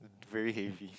very heavy